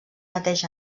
mateix